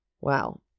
Wow